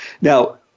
Now